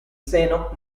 seno